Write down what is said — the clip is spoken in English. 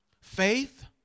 Faith